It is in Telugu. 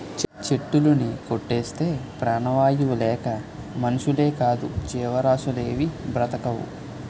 చెట్టులుని కొట్టేస్తే ప్రాణవాయువు లేక మనుషులేకాదు జీవరాసులేవీ బ్రతకవు